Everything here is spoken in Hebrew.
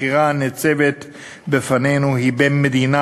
הבחירה הניצבת לפנינו היא בין מדינה